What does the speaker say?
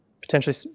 potentially